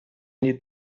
need